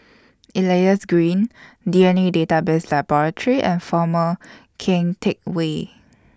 Elias Green D N A Database Laboratory and Former Keng Teck Whay